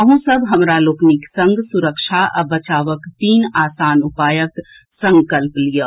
अहूँ सभ हमरा लोकनिक संग सुरक्षा आ बचावक तीन आसान उपायक संकल्प लियऽ